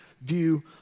view